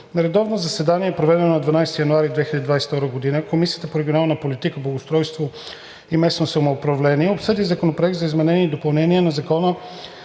На редовно заседание, проведено на 12 януари 2022 г., Комисията по регионална политика, благоустройство и местно самоуправление обсъди Законопроект за изменение и допълнение на Закона